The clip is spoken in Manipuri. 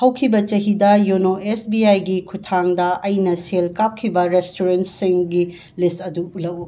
ꯍꯧꯈꯤꯕ ꯆꯍꯤꯗ ꯌꯣꯅꯣ ꯑꯦꯁ ꯕꯤ ꯑꯥꯏꯒꯤ ꯈꯨꯊꯥꯡꯗ ꯑꯩꯅ ꯁꯦꯜ ꯀꯥꯞꯈꯤꯕ ꯔꯦꯁꯇꯨꯔꯦꯟꯁꯤꯡꯒꯤ ꯂꯤꯁ ꯑꯗꯨ ꯎꯠꯂꯛꯎ